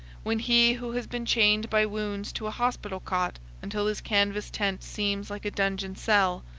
when he who has been chained by wounds to a hospital cot until his canvas tent seems like a dungeon cell,